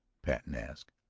patten asked.